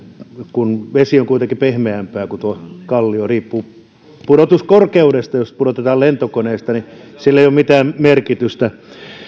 kun vesi on kuitenkin pehmeämpää kuin tuo kallio riippuu pudotuskorkeudesta jos pudotetaan lentokoneesta niin sillä ei ole mitään merkitystä